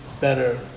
better